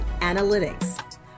Analytics